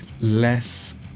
less